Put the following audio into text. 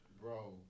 Bro